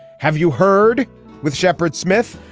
have you heard with shepard smith.